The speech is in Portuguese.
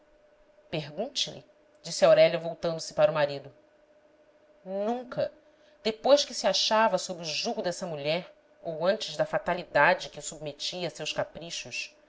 olhar pergunte-lhe disse aurélia voltando-se para o marido nunca depois que se achava sob o jugo dessa mulher ou antes da fatalidade que o submetia a seus caprichos